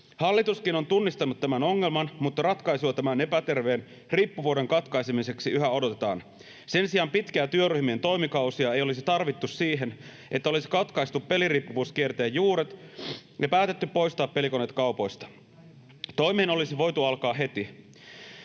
Hallituskin on tunnistanut tämän ongelman, mutta ratkaisua tämän epäterveen riippuvuuden katkaisemiseksi yhä odotetaan. Sen sijaan pitkiä työryhmien toimikausia ei olisi tarvittu siihen, että olisi katkaistu peliriippuvuuskierteen juuret ja päätetty poistaa pelikoneet kaupoista. Toimeen olisi voitu alkaa heti.